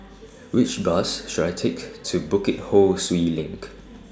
Which Bus should I Take to Bukit Ho Swee LINK